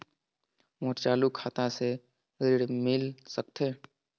मोर चालू खाता से ऋण मिल सकथे?